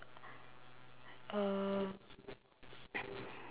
uh